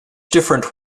different